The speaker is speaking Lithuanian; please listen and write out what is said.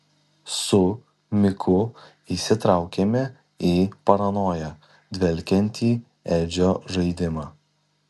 su miku įsitraukėme į paranoja dvelkiantį edžio žaidimą